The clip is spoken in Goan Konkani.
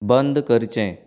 बंद करचें